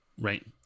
right